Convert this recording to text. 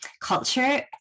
culture